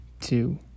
two